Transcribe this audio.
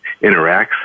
interacts